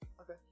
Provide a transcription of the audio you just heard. Okay